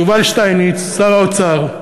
וליובל שטייניץ, שר האוצר,